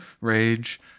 rage